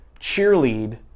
cheerlead